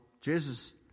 Jesus